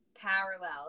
parallel